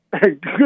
Good